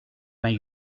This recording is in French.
vingt